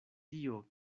tio